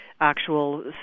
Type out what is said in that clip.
actual